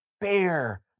bear